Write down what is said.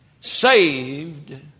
saved